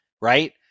Right